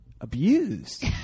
abused